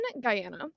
Guyana